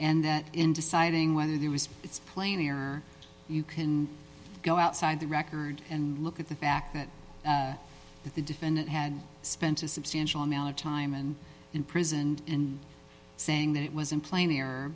and then in deciding whether there was it's plainly or you can go outside the record and look at the fact that the defendant had spent a substantial amount of time and imprisoned in saying that it was in plain er